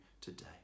today